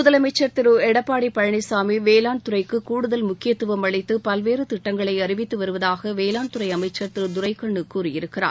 முதலமைச்சர் திரு எடப்பாடி பழனிசாமி வேளாண் துறைக்கு கூடுதல் முக்கியத்துவம் அளித்து பல்வேறு திட்டங்களை அறிவித்து வருவதாக வேளாண்துறை அமைச்சர் திரு துரைகண்ணு கூறியிருக்கிறார்